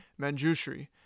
Manjushri